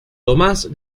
tomás